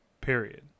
Period